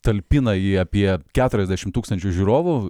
talpina ji apie keturiasdešim tūkstančių žiūrovų